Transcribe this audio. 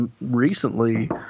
recently